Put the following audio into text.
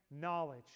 knowledge